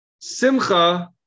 Simcha